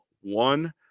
one